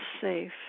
safe